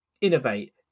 innovate